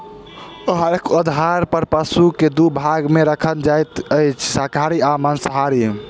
आहारक आधार पर पशु के दू भाग मे राखल गेल अछि, शाकाहारी आ मांसाहारी